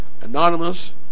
anonymous